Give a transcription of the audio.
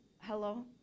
hello